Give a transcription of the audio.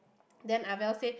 then Ah Miao say